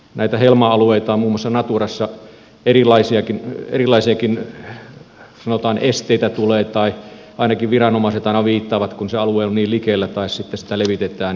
näitä helma alueita on muun muassa naturassa erilaisiakin sanotaan esteitä tulee tai ainakin viranomaiset aina viittaavat siihen kun se alue on niin likellä tai sitten sitä levitetään